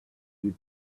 you